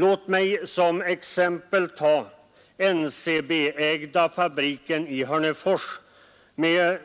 Låt mig som exempel ta den NCB-ägda fabriken i Hörnefors med